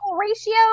ratio